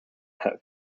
pet